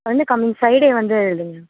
கம்மி ஃப்ரைடே வந்து இதுங்க